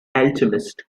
alchemist